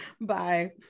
Bye